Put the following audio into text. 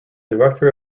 director